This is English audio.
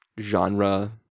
genre